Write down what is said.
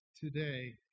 today